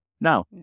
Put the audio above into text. Now